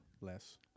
less